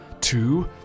two